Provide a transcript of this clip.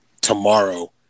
tomorrow